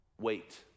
Wait